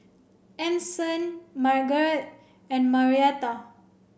Anson Margeret and Marietta